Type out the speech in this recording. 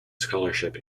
scholarship